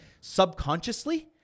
subconsciously